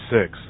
six